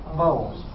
bowls